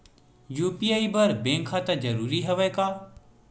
UPI बर bank खाता जरूरी हवय का?